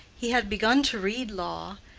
he had begun to read law,